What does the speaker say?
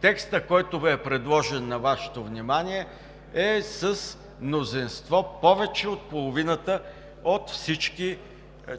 Текстът, предложен на Вашето внимание, е с мнозинство повече от половината от всички